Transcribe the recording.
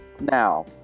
now